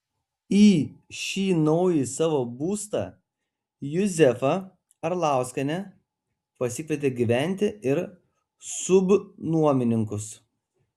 į šį naująjį savo būstą juzefa arlauskienė pasikvietė gyventi ir subnuomininkus